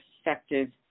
effective